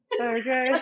Okay